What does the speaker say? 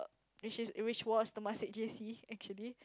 which was Temasek J_C